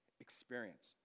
experience